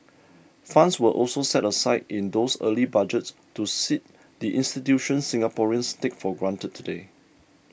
funds were also set aside in those early Budgets to seed the institutions Singaporeans take for granted today